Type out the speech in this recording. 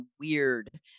weird